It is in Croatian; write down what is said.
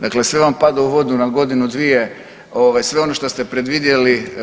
Dakle, sve vam pada u vodu na godinu, dvije sve ono što ste predvidjeli.